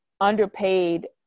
underpaid